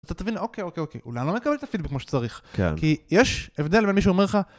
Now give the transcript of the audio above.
אתה תבין אוקיי אוקיי אוקיי אולי אני לא מקבל את הפידבק כמו שצריך, כן, כי יש הבדל בין מי שאומר לך.